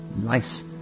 Nice